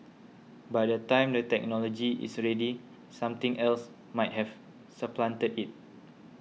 by the time the technology is ready something else might have supplanted it